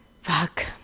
fuck